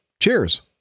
cheers